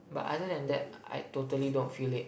but other than that I totally don't feel it